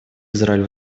израиль